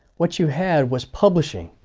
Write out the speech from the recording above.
what you had was publishing.